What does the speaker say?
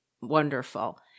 Wonderful